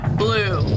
blue